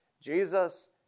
Jesus